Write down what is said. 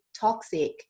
toxic